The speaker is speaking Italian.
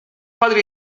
padre